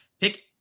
pick